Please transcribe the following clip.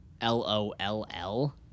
L-O-L-L